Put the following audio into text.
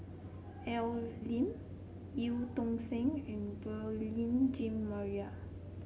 Al Lim Eu Tong Sen and Beurel Jean Marie